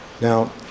Now